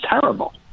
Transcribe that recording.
terrible